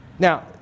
Now